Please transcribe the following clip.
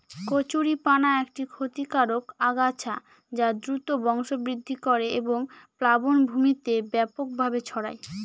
কচুরিপানা একটি ক্ষতিকারক আগাছা যা দ্রুত বংশবৃদ্ধি করে এবং প্লাবনভূমিতে ব্যাপকভাবে ছড়ায়